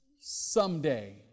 someday